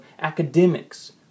academics